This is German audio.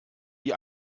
wie